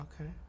Okay